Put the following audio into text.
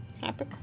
happy